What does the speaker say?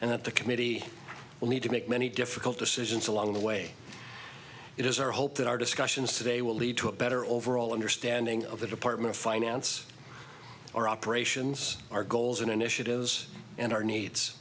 and that the committee will need to make many difficult decisions along the way it is our hope that our discussions today will lead to a better overall understanding of the department of finance or operations our goals and initiatives and our needs